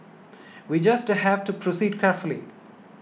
we just have to proceed carefully